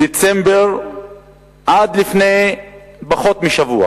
מדצמבר עד לפני פחות משבוע